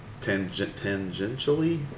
tangentially